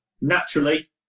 naturally